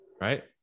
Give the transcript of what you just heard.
right